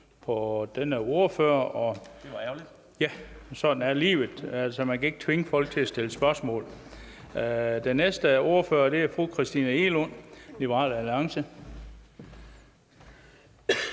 Det var ærgerligt). Sådan er livet. Man kan ikke tvinge folk til at stille spørgsmål. Den næste ordfører er fru Christina Egelund, Liberal Alliance.